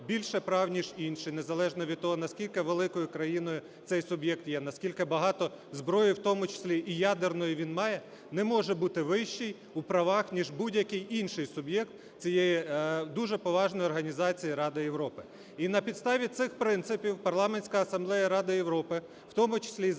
більше прав, ніж інший, незалежно від того, наскільки великою країною цей суб'єкт є, наскільки багато зброї в тому числі і ядерної він має, не може бути вищий у правах, ніж будь-який інший суб'єкт цієї дуже поважної організації Ради Європи. І на підставі цих принципів Парламентська асамблея Ради Європи, в тому числі і за